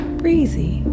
breezy